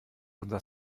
unser